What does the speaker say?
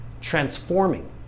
transforming